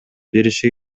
бериши